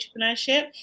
entrepreneurship